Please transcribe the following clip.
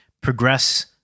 progress